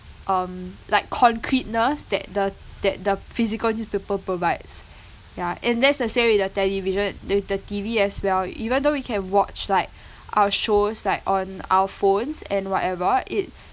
um like concreteness that the that the physical newspaper provides ya and that's the same with the television with the T_V as well even though we can watch like our shows like on our phones and whatever it